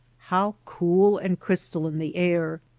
how cool and crystalline the air!